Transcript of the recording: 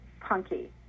punky